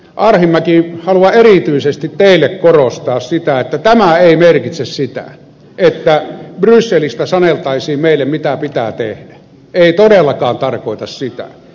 arhinmäki haluan erityisesti teille korostaa sitä että tämä ei merkitse sitä että brysselistä saneltaisiin meille mitä pitää tehdä ei todellakaan tarkoita sitä